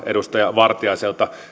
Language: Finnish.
edustaja juhana vartiaiselta